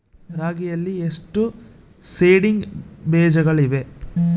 ರಾಗಿಯಲ್ಲಿ ಎಷ್ಟು ಸೇಡಿಂಗ್ ಬೇಜಗಳಿವೆ?